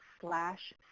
slash